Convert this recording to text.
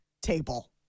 table